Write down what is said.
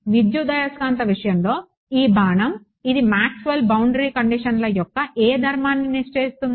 విద్యుదయస్కాంత విషయంలో ఈ బాణం ఇది మాక్స్వెల్ బౌండరీ కండిషన్ల యొక్క ఏ ధర్మాన్ని నిశ్చయిస్తుంది